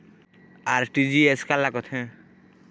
RTGS काला कथें?